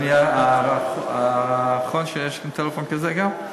אני האחרון שיש לו טלפון כזה גם.